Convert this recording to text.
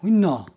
শূন্য